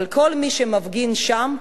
אבל כל מי שהפגינו שם,